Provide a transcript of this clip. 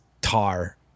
Tar